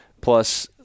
Plus